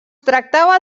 tractava